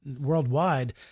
worldwide